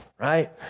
Right